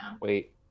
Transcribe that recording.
Wait